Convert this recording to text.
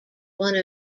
one